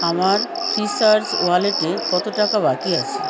আমার ফ্রিচার্জ ওয়ালেটে কতো টাকা বাকি আছে